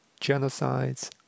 genocides